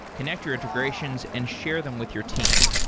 connect your integrations and share them with your team.